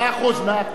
מאה אחוז.